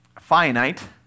finite